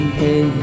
hey